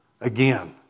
again